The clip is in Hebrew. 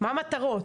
מה המטרות?